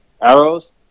arrows